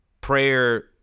prayer